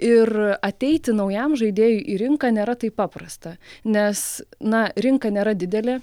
ir ateiti naujam žaidėjui į rinką nėra taip paprasta nes na rinka nėra didelė